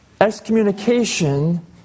excommunication